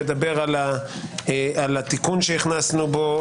נדבר על התיקון שהכנסנו בו,